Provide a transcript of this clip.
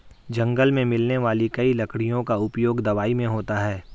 जंगल मे मिलने वाली कई लकड़ियों का उपयोग दवाई मे होता है